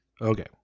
Okay